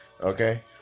Okay